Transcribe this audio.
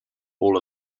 all